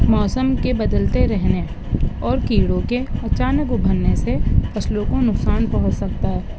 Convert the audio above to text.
موسم کے بدلتے رہنے اور کیڑوں کے اچانک ابھرنے سے فصلوں کو نقصان پہنچ سکتا ہے